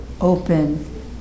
open